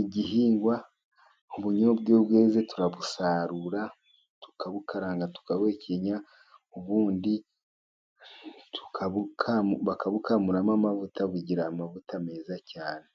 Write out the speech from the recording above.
igihingwa ,ubunyobwa iyo bweze turabusarura, tukabukaranga ,tukabukenya ,ubundi bakabukamuramo amavuta bugira amavuta meza cyane.